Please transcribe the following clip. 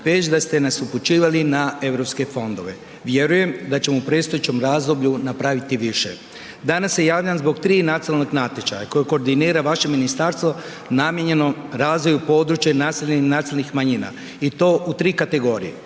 da ste nas upućivali na europske fondove, vjerujem da ćemo u predstojećem razdoblju napraviti više. Danas se javljam zbog 3 nacionalna natječaja koje koordinira vaše ministarstvo namijenjeno razvoju područja i naseljenih nacionalnih manjina i to u 3 kategorije,